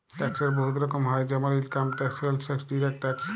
ট্যাক্সের বহুত রকম হ্যয় যেমল income tax, sales tax, direct tax